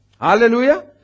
Hallelujah